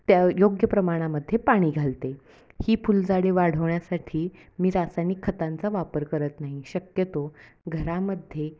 त्या योग्य प्रमाणामध्ये पाणी घालते ही फुलझाडे वाढवण्यासाठी मी रासायनिक खतांचा वापर करत नाही शक्यतो घरामध्ये